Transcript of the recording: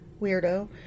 Weirdo